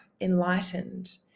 enlightened